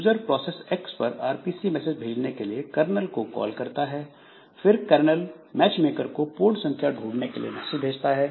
user process X पर RPC message भेजने के लिए कर्नल को कॉल करता है फिर कर्नेल मैचमेकर को पोर्ट संख्या ढूंढने के लिए मैसेज भेजता है